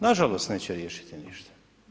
Nažalost neće riješiti ništa.